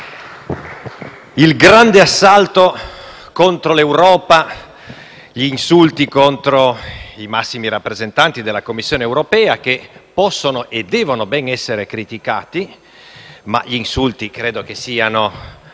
il grande assalto contro l'Europa, gli insulti contro i massimi rappresentanti della Commissione europea (che possono e devono bene essere criticati ma credo che gli